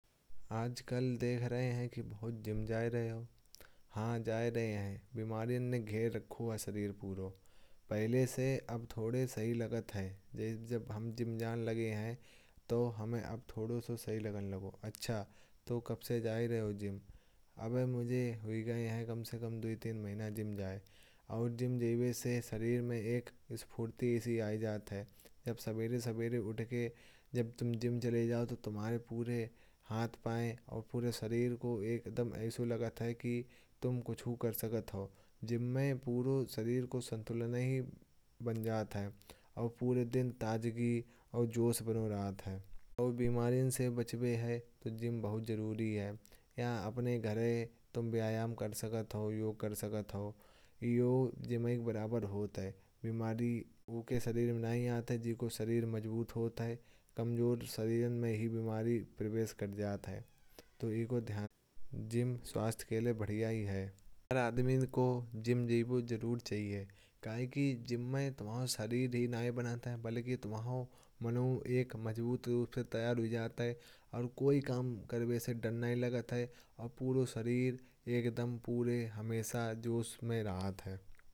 आजकल देख रहे हैं कि बहुत जिम जा रहे हो हाँ जा रहे हैं। बिमारियों ने घेर रखा है शरीर पुराना से अब थोड़ी सही लगता है। जब हम जिम जाने लगे हैं तो हमें अब थोड़ा सा सही लगने लगा। अच्छा तो कब से जा रहे हो जिम अबे मुझे हुई गई है। कम से कम दो तीन महीने जिम जा रहे हैं। और जिम जाने से शरीर में एक स्फूर्ति सी आ गई है। जब सुबह सुबह उठ कर तुम जिम चले जाते हो तो तुम्हारे पूरे हाथ। पाँव और पूरे शरीर को ऐसा लगता है कि तुम कुछ कर सकते हो। इससे पूरे शरीर का संतुलन बन जाता है। और पूरे दिन ताज़गी और जोश बना रहता है। और बिमारियों से बचने के लिए जिम बहुत ज़रूरी है। यहाँ अपने घर तुम व्यायाम कर सकते हो योगा कर सकते हो। ये जिम के बराबर ही होता है बिमारियों से बचने के लिए। भूखे शरीर में नहीं आते जिनका शरीर मजबूत होता है। कमजोर शरीर में ही बिमारी प्रवेश कर जाती है। इसलिए जिम स्वास्थ्य के लिए बहुत अच्छा है हर आदमी को जिम जाना ज़रूरी है। क्योंकि जिम में तुम्हारा शरीर ही नहीं बनता। बल्कि मन भी एक मजबूत रूप से तैयार हो जाता है और कोई काम करने से डर नहीं लगता। और पूरा शरीर हमेशा जोश में रहता है।